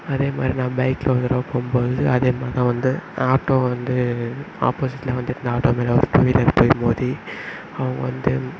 அதேமாதிரி நான் பைக்கில் ஒரு தடவை போகும்போது அதேமாதிரி தான் வந்து ஆட்டோ வந்து ஆப்போசிட்டில் வந்துகிட்ருந்த ஆட்டோ மேலே ஒரு டூ வீலர் போய் மோதி அவங்கள் வந்து